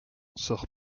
sort